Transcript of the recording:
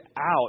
out